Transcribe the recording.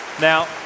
Now